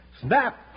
Snap